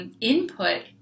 Input